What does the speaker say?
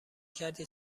کردی